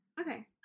okay